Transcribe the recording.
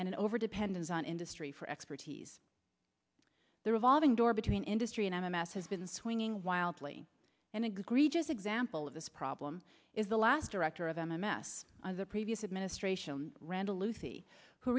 s and over dependence on industry for expertise the revolving door between industry and m m s has been swinging wildly and agree just example of this problem is the last director of m m s on the previous administration randall lucy who